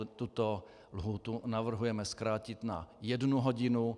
Tuto lhůtu navrhujeme zkrátit na jednu hodinu.